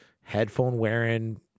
headphone-wearing